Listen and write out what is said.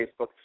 Facebook